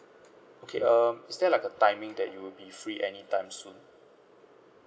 okay um is there like a timing that you will be free anytime soon